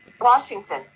Washington